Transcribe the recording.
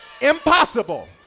Impossible